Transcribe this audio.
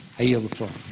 i yield the floor.